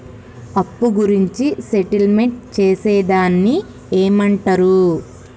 అప్పు గురించి సెటిల్మెంట్ చేసేదాన్ని ఏమంటరు?